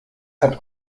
hat